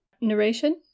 narration